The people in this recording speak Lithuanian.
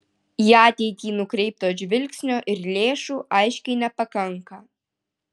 į ateitį nukreipto žvilgsnio ir lėšų aiškiai nepakanka